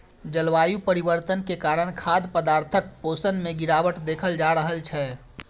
जलवायु परिवर्तन के कारण खाद्य पदार्थक पोषण मे गिरावट देखल जा रहल छै